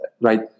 right